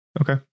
Okay